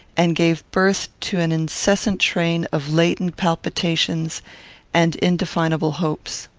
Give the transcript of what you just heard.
and gave birth to an incessant train of latent palpitations and indefinable hopes.